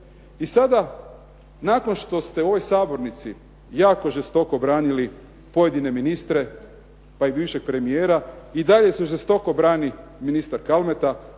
I sada nakon što ste u ovoj sabornici jako žestoko branili pojedine ministre, pa i bivšeg premijera i dalje se žestoko brani ministar Kalmeta,